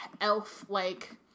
elf-like-